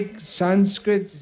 Sanskrit